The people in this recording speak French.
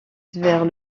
vers